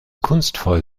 kunstvoll